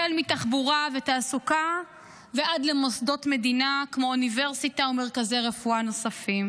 מתחבורה ותעסוקה ועד למוסדות מדינה כמו אוניברסיטה ומרכזי רפואה נוספים,